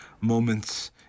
moments